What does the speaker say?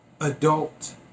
adult